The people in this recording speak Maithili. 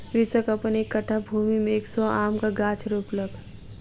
कृषक अपन एक कट्ठा भूमि में एक सौ आमक गाछ रोपलक